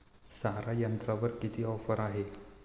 सारा यंत्रावर किती ऑफर आहे?